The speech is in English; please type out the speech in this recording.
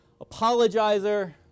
apologizer